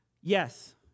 Yes